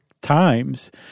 times